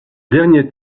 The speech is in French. dernier